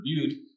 reviewed